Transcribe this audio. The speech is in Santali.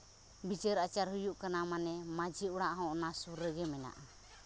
ᱵᱤᱪᱟᱹᱨ ᱟᱪᱟᱨ ᱦᱩᱭᱩᱜ ᱠᱟᱱᱟ ᱢᱟᱱᱮ ᱢᱟᱺᱡᱷᱤ ᱚᱲᱟᱜ ᱦᱚᱸ ᱚᱱᱟ ᱥᱩᱨ ᱨᱮᱜᱮ ᱢᱮᱱᱟᱜᱼᱟ